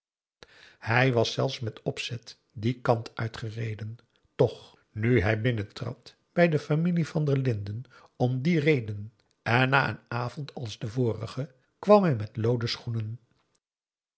hij was zelfs met opzet dien kant uitgereden toch nu hij binnentrad bij de familie van der linden om die reden en na een avond als de vorige kwam hij met looden schoenen